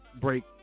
break